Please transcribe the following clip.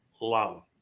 Love